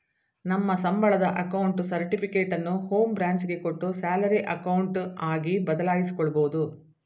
ನಮ್ಮ ಸಂಬಳದ ಅಕೌಂಟ್ ಸರ್ಟಿಫಿಕೇಟನ್ನು ಹೋಂ ಬ್ರಾಂಚ್ ಗೆ ಕೊಟ್ಟು ಸ್ಯಾಲರಿ ಅಕೌಂಟ್ ಆಗಿ ಬದಲಾಯಿಸಿಕೊಬೋದು